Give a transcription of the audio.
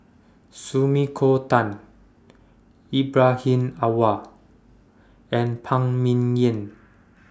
Sumiko Tan Ibrahim Awang and Phan Ming Yen